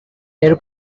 air